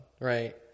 Right